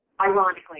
ironically